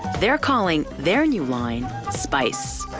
they're calling their new line spice,